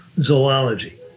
zoology